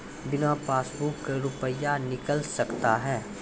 बिना पासबुक का रुपये निकल सकता हैं?